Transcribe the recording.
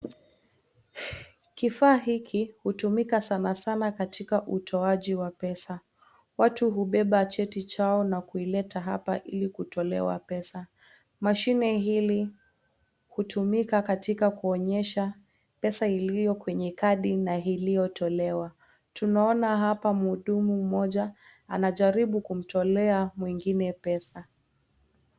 Kifaa hiki hutumika sana sana katika utoaji wa pesa. Watu hubeba cheti chao na kuileta hapa ili kutolewa pesa. Mashine hili, hutumika katika kuonyesha pesa iliyo kwenye kadi na iliyo tolewa. Tunaona hapa mhudumu mmoja anajaribu kumtolea mwingine pesa.